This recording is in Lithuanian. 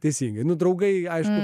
teisingai du draugai aišku